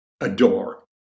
adore